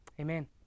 Amen